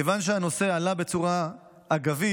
מכיוון שהנושא עלה בצורה אגבית,